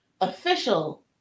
official